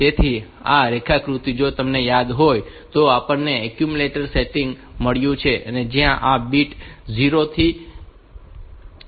તેથી આ રેખાકૃતિ જો તમને યાદ હોય તો આપણને આ એક્યુમ્યુલેટર સેટિંગ મળ્યું છે જ્યાં આ બીટ 0 થી બીટ 4 છે